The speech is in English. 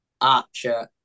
Archer